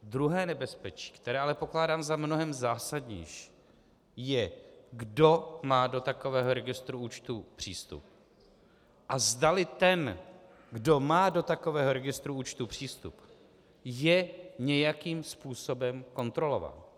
Druhé nebezpečí, které ale pokládám za mnohem zásadnější, je, kdo má do takového registru účtů přístup a zdali ten, kdo má do takového registru účtů přístup, je nějakým způsobem kontrolovaný.